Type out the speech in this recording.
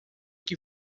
que